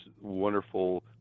wonderful